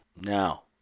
Now